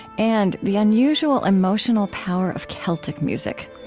and the unusual emotional power of celtic music.